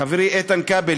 חברי איתן כבל,